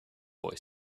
boy